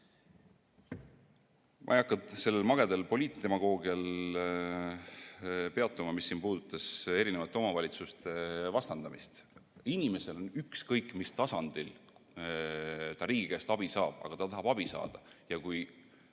peatuma sellel magedal poliitdemagoogial, mis puudutas eri omavalitsuste vastandamist. Inimesel on ükskõik, mis tasandil ta riigi käest abi saab, aga ta tahab abi saada. Kui